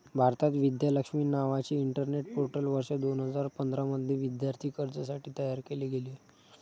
भारतात, विद्या लक्ष्मी नावाचे internet portal वर्ष दोन हजार पंधरा मध्ये विद्यार्थी कर्जासाठी तयार केले गेले